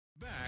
Back